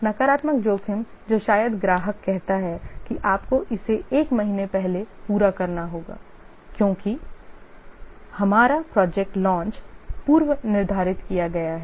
नकारात्मक जोखिम जो शायद ग्राहक कहता है कि आपको इसे एक महीने पहले पूरा करना होगा क्योंकि हमारा प्रोजेक्ट लॉन्च पूर्व निर्धारित किया गया है